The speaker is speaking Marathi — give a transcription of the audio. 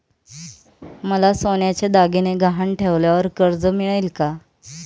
मला सोन्याचे दागिने गहाण ठेवल्यावर कर्ज मिळेल का?